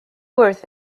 worth